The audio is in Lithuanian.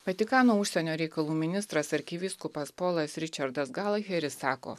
vatikano užsienio reikalų ministras arkivyskupas polas ričardas galaheris sako